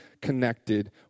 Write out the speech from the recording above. connected